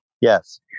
Yes